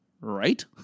right